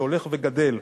שהולך וגדל,